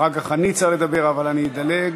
אחר כך אני אצטרך לדבר אבל אני אדלג.